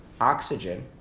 oxygen